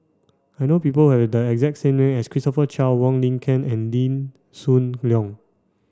I know people have the exact name as Christopher Chia Wong Lin Ken and Lee Hoon Leong